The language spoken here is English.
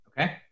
Okay